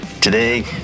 Today